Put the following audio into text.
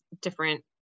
different